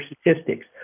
statistics